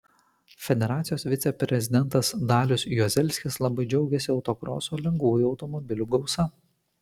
federacijos viceprezidentas dalius juozelskis labai džiaugėsi autokroso lengvųjų automobilių gausa